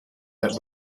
that